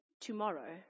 tomorrow